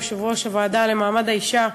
יושבת-ראש הוועדה למעמד האישה,